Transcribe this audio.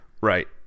right